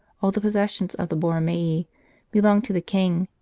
all the possessions of the borromei belonged to the king,